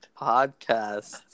podcast